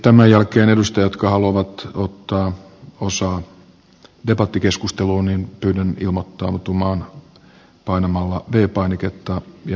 tämän jälkeen pyydän edustajia jotka haluavat ottaa osaa debattikeskusteluun ilmoittautumaan painamalla v painiketta ja nousemalla seisomaan